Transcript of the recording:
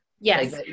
Yes